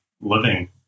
living